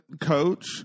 coach